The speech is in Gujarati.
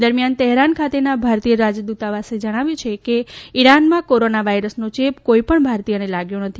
દરમિયાન તહેરાન ખાતેના ભારતીય રાજદૂતાવાસે જણાવ્યું છે કે ઇરાનમાં કોરોના વાયરસનો ચેપ કોઇપણ ભારતીય લાગ્યો નથી